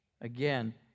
Again